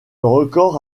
record